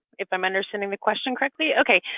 if i'm understanding the question correctly? okay